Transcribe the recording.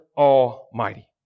Almighty